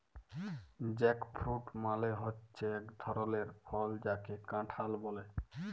jackfruit মালে হচ্যে এক ধরলের ফল যাকে কাঁঠাল ব্যলে